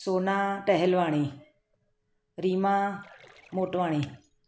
Sona Tahalwani Reema Motwani